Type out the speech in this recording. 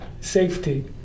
safety